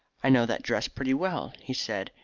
i know that dress pretty well, he said.